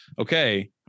okay